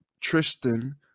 Tristan